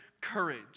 courage